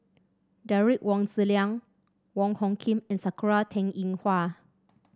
Derek Wong Zi Liang Wong Hung Khim and Sakura Teng Ying Hua